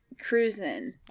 cruising